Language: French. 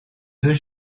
deux